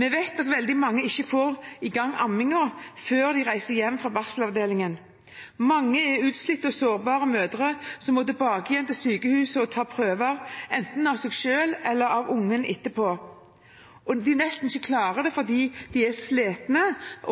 Vi vet at veldig mange ikke får i gang ammingen før de reiser hjem fra barselavdelingen. Mange er utslitte og sårbare mødre som må tilbake igjen til sykehuset og ta prøver enten av seg selv eller av ungen etterpå, og de klarer det nesten ikke, fordi de er slitne